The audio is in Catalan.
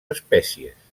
espècies